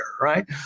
right